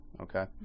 Okay